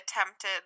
attempted